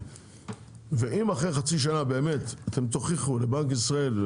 ואם אחרי חצי שנה אתם תוכיחו לבנק ישראל,